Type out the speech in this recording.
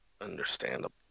understandable